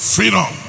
Freedom